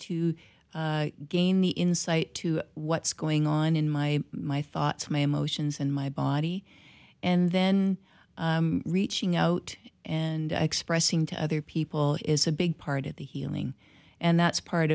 to gain the insight to what's going on in my my thoughts my emotions and my body and then reaching out and expressing to other people is a big part of the healing and that's part